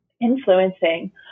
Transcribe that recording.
influencing